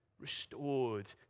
restored